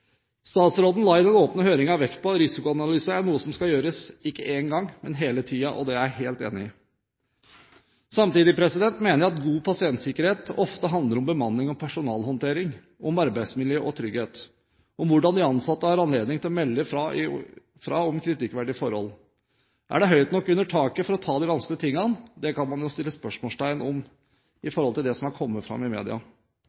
Statsråden la i den åpne høringen vekt på at risikoanalyse er noe som skal gjøres – ikke én gang, men hele tiden. Det er jeg helt enig i. Samtidig mener jeg at god pasientsikkerhet ofte handler om bemanning og personalhåndtering, om arbeidsmiljø og trygghet, og om hvordan de ansatte har anledning til å melde fra om kritikkverdige forhold. Er det høyt nok under taket for å ta de vanskelige tingene? Det kan man jo stille spørsmål om når det gjelder det som har kommet fram i